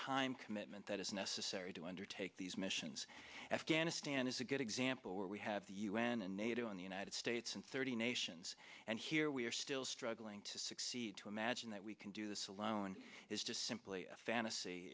time commitment that is necessary to undertake these missions afghanistan is a good example where we have the u n and nato in the united states and thirty nations and here we are still struggling to succeed to imagine that we can do this alone is just simply a fantasy